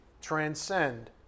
transcend